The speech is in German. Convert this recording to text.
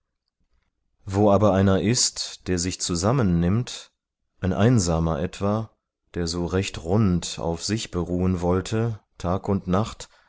wo aber einer ist der sich zusammennimmt ein einsamer etwa der so recht rund auf sich beruhen wollte tag und nacht